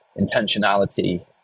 intentionality